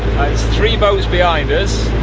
three boats behind us,